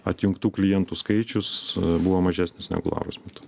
atjungtų klientų skaičius buvo mažesnis negu lauros metu